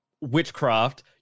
witchcraft